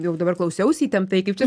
jau dabar klausiausi įtemptai kaip čia